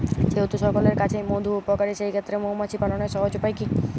যেহেতু সকলের কাছেই মধু উপকারী সেই ক্ষেত্রে মৌমাছি পালনের সহজ উপায় কি?